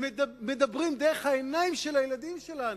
הם מדברים דרך העיניים של הילדים שלנו,